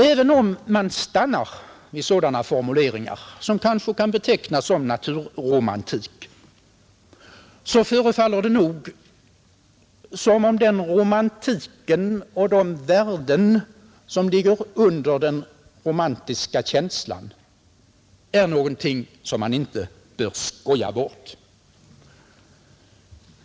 Även om man stannar vid sådana formuleringar som kanske kan betecknas som naturromantik, förefaller det nog som om den romantiken och de värden som ligger under den romantiska känslan är någonting som man inte bör skoja bort.